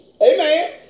Amen